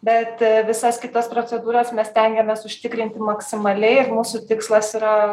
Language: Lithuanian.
bet visas kitas procedūras mes stengiamės užtikrinti maksimaliai ir mūsų tikslas yra